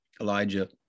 Elijah